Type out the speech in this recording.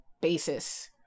basis